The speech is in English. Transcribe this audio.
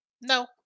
No